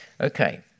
Okay